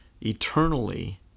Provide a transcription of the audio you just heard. Eternally